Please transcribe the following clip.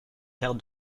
prendre